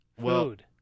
Food